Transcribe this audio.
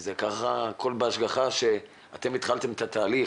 וזה קרה הכל בהשגחה שאתם התחלתם את התהליך,